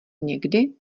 někdy